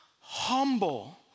humble